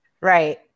Right